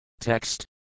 Text